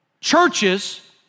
churches